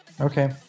Okay